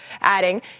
adding